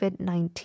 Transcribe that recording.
COVID-19